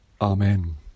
Amen